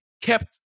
kept